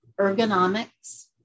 ergonomics